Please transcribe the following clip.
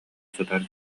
сытар